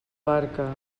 barca